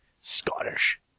Scottish